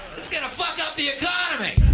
it's gonna fuck up the economy.